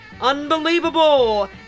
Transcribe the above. unbelievable